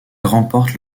remporte